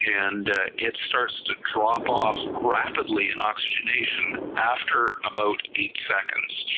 and it starts to drop off rapidly in oxygenation after about eight seconds,